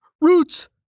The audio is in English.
Roots